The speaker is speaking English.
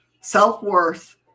self-worth